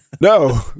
No